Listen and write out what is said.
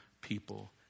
people